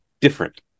different